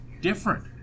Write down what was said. different